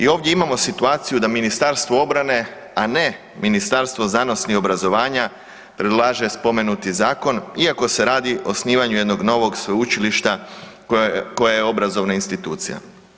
I ovdje imamo situaciju da Ministarstvo obrane, a ne Ministarstvo znanosti i obrazovanja predlaže spomenuti zakon iako se radi o osnivanju jednog novog sveučilišta koje je obrazovna institucija.